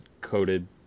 coated